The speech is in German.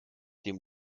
dem